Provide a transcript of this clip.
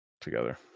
together